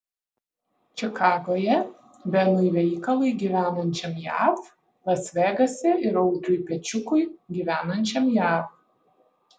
čikagoje benui veikalui gyvenančiam jav las vegase ir audriui pečiukui gyvenančiam jav